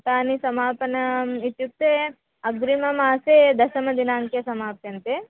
तानि समापनम् इत्युक्ते अग्रिममासे दशमदिनाङ्के समाप्यन्ते